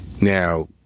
Now